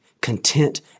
content